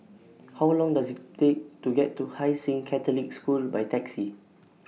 How Long Does IT Take to get to Hai Sing Catholic School By Taxi